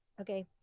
okay